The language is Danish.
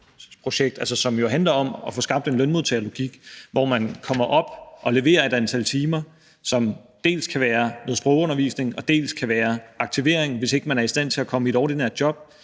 er jo altså at få skabt en lønmodtagerlogik, hvor man kommer op på at levere et antal timer, som dels kan være noget sprogundervisning, dels kan være noget aktivering, hvis man ikke er i stand til at komme i et ordinært job,